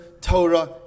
Torah